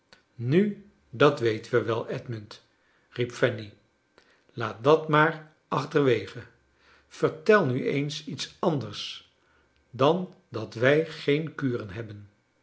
nu dat weten we wel edmund riep fanny laat dat maar achterwege vertel nu eens iets anders dan dat wij geen kuren hebben